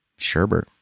Sherbert